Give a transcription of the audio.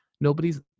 Nobody's